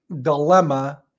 dilemma –